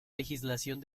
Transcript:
legislación